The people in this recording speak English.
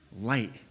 light